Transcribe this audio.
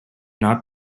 not